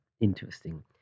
interesting